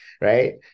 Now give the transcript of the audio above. Right